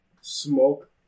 Smoke